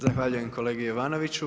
Zahvaljujem kolegi Jovanoviću.